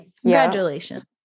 congratulations